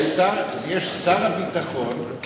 יש שר הביטחון,